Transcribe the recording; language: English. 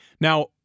Now